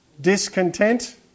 Discontent